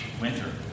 Winter